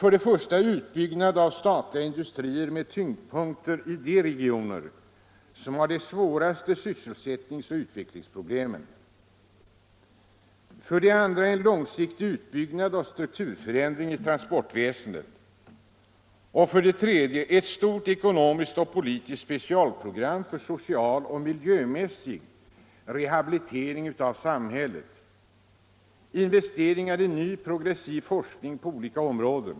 För det första: Utbyggnad av statliga industrier med tyngdpunkter i de regioner som har de svåraste sysselsättningsoch utvecklingsproblemen. För det andra: En långsiktig utbyggnad av och strukturförändring i För det tredje: Ett stort ekonomiskt och politiskt specialprogram för social och miljömässig rehabilitering av samhället. Investeringar i ny, progressiv forskning på olika områden.